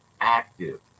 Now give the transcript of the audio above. active